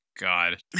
God